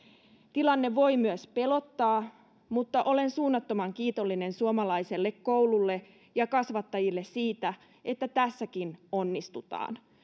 tilanne voi myös pelottaa mutta olen suunnattoman kiitollinen suomalaiselle koululle ja kasvattajille siitä että tässäkin onnistutaan